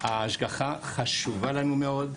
ההשגחה חשובה לנו מאוד,